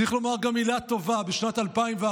צריך לומר גם מילה טובה: בשנת 2014